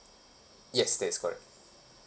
yes that is correct